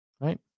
right